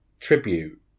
tribute